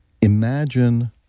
imagine